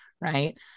right